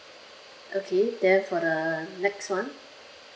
okay then for the next one